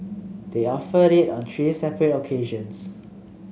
they offered it on three separate occasions